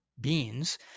beings